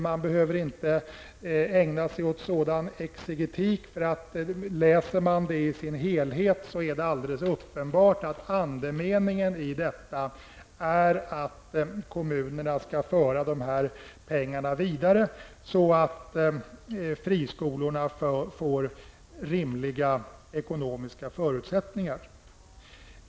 Man behöver inte ägna sig åt sådan exegetik. Om man läser det i dess helhet är det alldeles uppenbart att andemeningen är att kommunerna skall föra dessa pengar vidare så att friskolorna får rimliga ekonomiska förutsättningar.